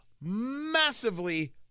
massively